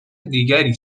دیگری